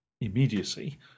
immediacy